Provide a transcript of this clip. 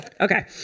Okay